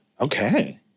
Okay